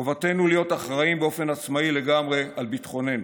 חובתנו להיות אחראים באופן עצמאי לגמרי על ביטחוננו.